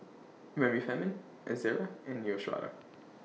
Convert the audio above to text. Remifemin Ezerra and Neostrata